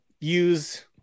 use